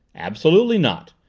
absolutely not.